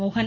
மோகன்